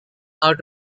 out